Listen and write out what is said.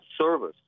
service